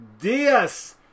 dias